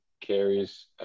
carries